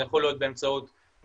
זה יכול להיות באמצעות מכרז,